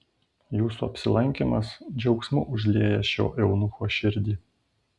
jūsų apsilankymas džiaugsmu užlieja šio eunucho širdį